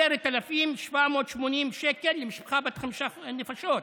10,780 למשפחה בת חמש נפשות,